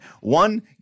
One